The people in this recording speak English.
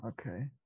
okay